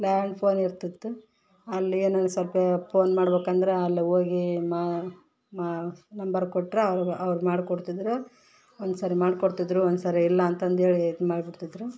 land phone ಇರ್ತಿತ್ತು ಅಲ್ಲೇನು ಸ್ವಲ್ಪ ಪೋನ್ ಮಾಡ್ಬೇಕಂದ್ರೆ ಅಲ್ಲಿ ಹೋಗಿ ಮಾ ಮಾ ನಂಬರ್ ಕೊಟ್ರೆ ಅವರು ಅವ್ರು ಮಾಡ್ಕೊಡ್ತಿದ್ರು ಒಂದುಸರಿ ಮಾಡಿಕೊಡ್ತಿದ್ರೂ ಒಂದುಸರಿ ಇಲ್ಲ ಅಂತಂದೇಳಿ ಇದು ಮಾಡಿಬಿಡ್ತಿದ್ರು